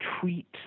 treat